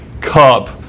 cup